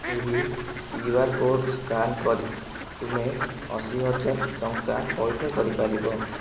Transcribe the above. ଏହି Q R code scan କରି ତୁମେ ଅଶୀହଜାର ଟଙ୍କା ପଇଠ କରିପାରିବ